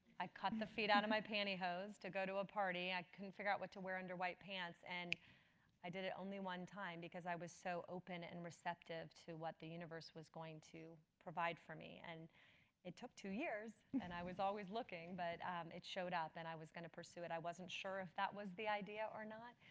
i cut the feet out of my panty hose to go to a party and i couldn't figure out what to wear under white pants. and i did it only one time, because i was so open and receptive to what the universe was going to provide for me and it took two years. and i was always looking, but it showed up and i was going to pursue it. i wasn't sure if that was the idea or not,